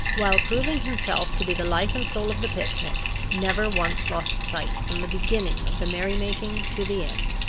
while proving himself to be the life and soul of the picnic, never once lost sight from the beginning of the merry-making to the end.